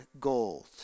gold